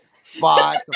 spot